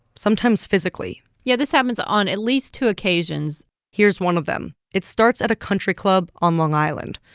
sometimes physically yeah, this happens on at least two occasions here's one of them. it starts at a country club on long island.